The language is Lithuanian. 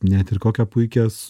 net ir kokią puikias